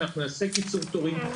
אנחנו נעשה קיצור תורים.